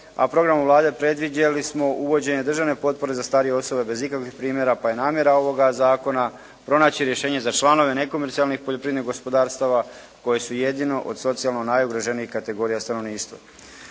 u programu Vlade predvidjeli smo uvođenje državne potpore za starije osobe bez ikakvih primjera, pa je namjera ovoga zakona pronaći rješenje za članove nekomercijalnih poljoprivrednih gospodarstava koji su jedino od socijalno najugroženijih kategorija stanovništva.